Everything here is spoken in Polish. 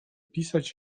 pisać